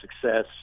success